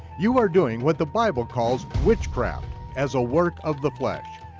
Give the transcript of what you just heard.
you are doing what the bible calls witchcraft as a work of the flesh.